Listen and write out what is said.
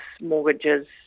mortgages